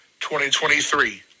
2023